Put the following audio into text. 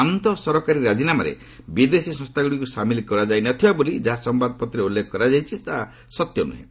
ଆନ୍ତଃ ସରକାରୀ ରାଜ୍ଞୀନାମାରେ ବିଦେଶୀ ସଂସ୍ଥାଗୁଡ଼ିକୁ ସାମିଲ କରାଯାଇ ନଥିବା ବୋଲି ଯାହା ସମ୍ଭାଦପତ୍ରରେ ଉଲ୍ଲେଖ କରାଯାଇଛି ତାହା ସତ୍ୟ ନୁହେଁ